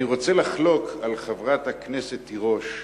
אני רוצה לחלוק על חברת הכנסת תירוש,